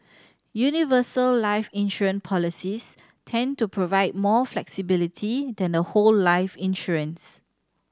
universal life insurance policies tend to provide more flexibility than the whole life insurance